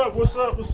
up, what's up, what's